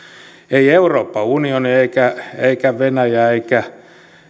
ei euroopan unioni eikä eikä venäjä eikä